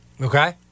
okay